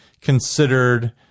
considered